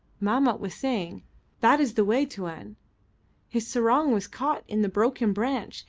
mahmat was saying that is the way, tuan. his sarong was caught in the broken branch,